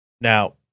Now